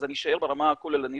אז אני אשאר ברמה הכוללנית,